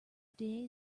day